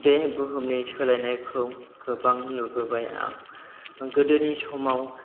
बे बुहुमनि सोलायनायखौ गोबां नुबोबाय आं गोदोनि समाव